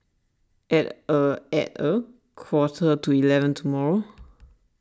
at a at a quarter to eleven tomorrow